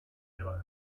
ihrer